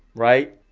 right.